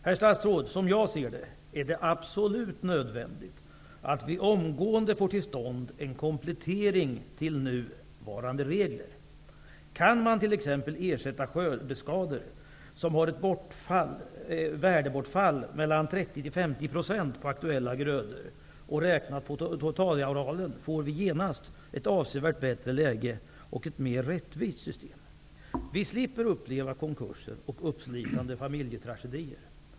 Som jag ser det, herr statsråd, är det absolut nödvändigt att vi omgående får till stånd en komplettering till nuvarande regler. Kan man t.ex. ersätta skördeskador som har ett värdebortfall på mellan 30 och 50 % av aktuella grödor? Räknat på totalarealen får vi genast ett avsevärt bättre läge och ett mer rättvist system. Vi slipper uppleva konkurser och uppslitande familjetragedier.